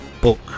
book